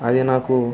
అది నాకు